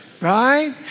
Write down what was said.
right